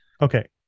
okay